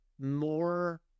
more